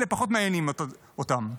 אלה פחות מעניינים אותם.